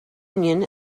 union